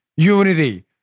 unity